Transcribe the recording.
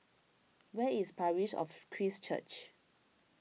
where is Parish of Christ Church